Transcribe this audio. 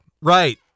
right